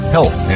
Health